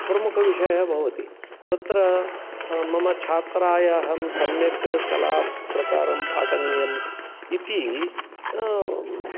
प्रमुखविषयः भवति तत्र मम छात्राय अहं सम्यक् कलाप्रकारं पाठनीयम् इति